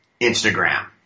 Instagram